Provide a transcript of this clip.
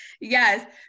yes